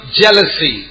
jealousy